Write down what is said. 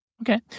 Okay